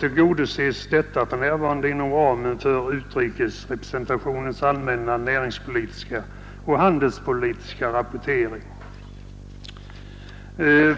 tillgodoses detta för närvarande inom ramen för utrikesrepresentationens allmänna näringspolitiska och handelspolitiska rapportering.